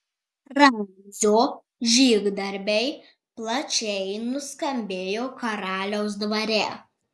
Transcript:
ramzio žygdarbiai plačiai nuskambėjo karaliaus dvare